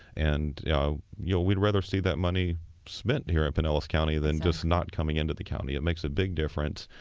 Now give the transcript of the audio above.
and yeah yeah would rather see that money spent here in pinellas county than just not coming into the county. it makes a big difference.